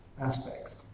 aspects